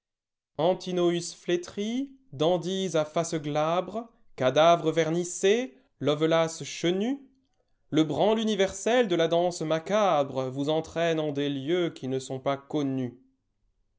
antinous flétris dandys à face glabre cadavres vernissés lovelaces chenus le branle universel de la danse macabre vous entraîne en des lieux qui ne sont pas connus